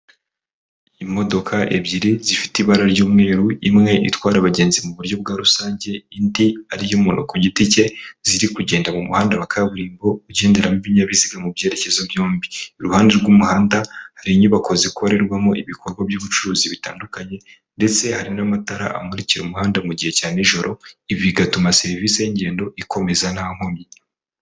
Imodoka ebyiri zifite ibara ry'umweru, imwe itwara abagenzi mu buryo bwa rusange, indi ari iy'umuntu ku giti cye, ziri kugenda mu muhanda wa kaburimbo ugenderamo ibinyabiziga mu byerekezo byombi, iruhande rw'umuhanda hari inyubako zikorerwamo ibikorwa by'ubucuruzi bitandukanye ndetse hari n'amatara amurikira umuhanda mu gihe cya nijoro, ibi bigatuma serivisi y'ingendo ikomeza nta nkomyi.